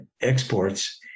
exports